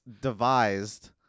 devised